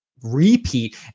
repeat